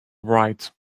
write